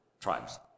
Tribes